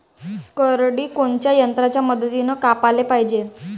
करडी कोनच्या यंत्राच्या मदतीनं कापाले पायजे?